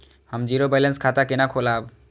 हम zero balance खाता केना खोलाब?